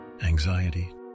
anxiety